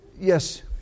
yes